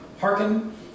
Hearken